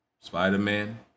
Spider-Man